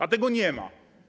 A tego nie ma.